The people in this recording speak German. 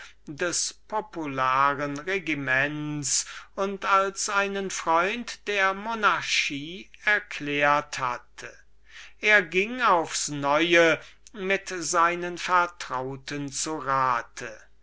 des popularen regiments und als einen freund der monarchie erklärt hatte er ging aufs neue mit seinen vertrauten zu rat